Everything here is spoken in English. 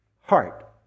heart